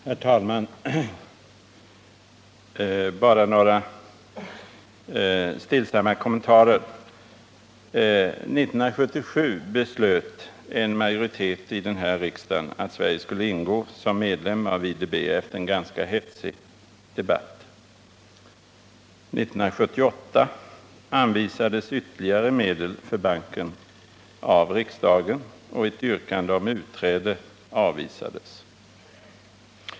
Herr talman! Bara några stillsamma kommentarer. År 1977 beslöt en majoritet i den här riksdagen att Sverige skulle ingå som medlem av IDB efter en ganska häftig debatt. År 1978 anvisades ytterligare medel för banken, och ett yrkande om utträde avvisades.